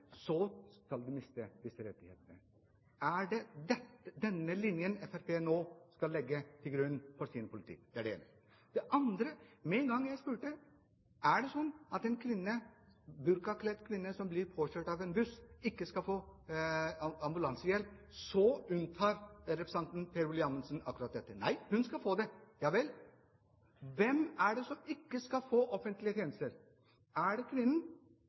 denne linjen Fremskrittspartiet nå skal legge til grunn for sin politikk? Det er det ene. Med én gang jeg spurte: Er det sånn at en burkakledd kvinne som blir påkjørt av en buss, ikke skal få ambulansehjelp, så unntar representanten Per-Willy Amundsen akkurat dette. Nei, hun skal få det. Javel, hvem er det som ikke skal få offentlige tjenester? Er det kvinnen